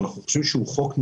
אנחנו חושבים שהוא נכון,